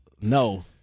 no